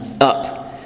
Up